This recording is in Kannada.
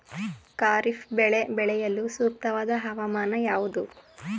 ಖಾರಿಫ್ ಬೆಳೆ ಬೆಳೆಯಲು ಸೂಕ್ತವಾದ ಹವಾಮಾನ ಯಾವುದು?